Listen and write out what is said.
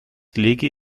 lege